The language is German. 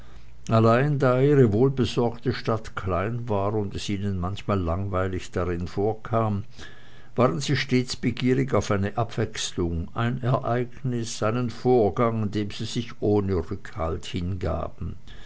allein da ihre wohlbesorgte stadt klein war und es ihnen manchmal langweilig darin vorkam waren sie stets begierig auf eine abwechslung ein ereignis einen vorgang dem sie sich ohne rückhalt hingaben